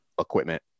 equipment